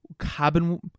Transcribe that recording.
cabin